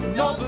no